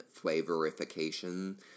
flavorification